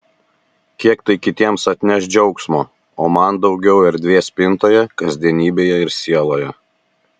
kiek tai kitiems atneš džiaugsmo o man daugiau erdvės spintoje kasdienybėje ir sieloje